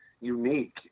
unique